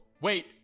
Wait